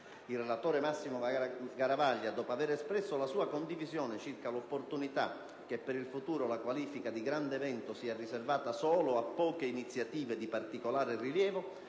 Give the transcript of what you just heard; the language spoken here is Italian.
Il relatore Massimo Garavaglia, dopo aver espresso la sua condivisione circa l'opportunità che per il futuro la qualifica di grande evento sia riservata solo a poche iniziative di particolare rilievo,